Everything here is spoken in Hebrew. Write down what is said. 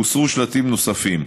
והוסרו שלטים נוספים.